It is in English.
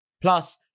Plus